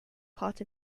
part